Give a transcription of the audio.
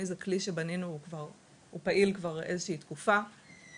חשוב לי לדבר על נושא הטופס המאוחד והשירותים המאוחדים,